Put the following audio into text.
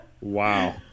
Wow